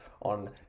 on